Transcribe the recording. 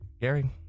Gary